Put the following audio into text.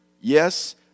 yes